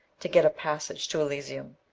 to get a passage to elysium!